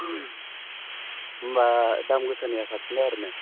होमब्ला दाम गोसानिया साबसिन आरो ने